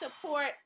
support